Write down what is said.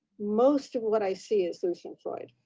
most of what i see is lucian freud.